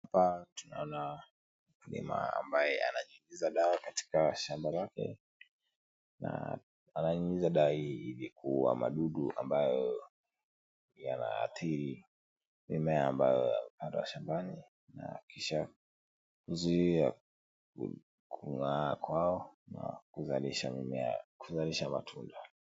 Hapa tunaona mkulima ambaye ananyunyiza dawa katika shamba lake, na ananyunyiza dawa hii ili kuua madudu ambayo yanaadhiri mimea ambayo amepanda shambani, na kisha kuzuia kung'aa kwao au kuzalisha matunda.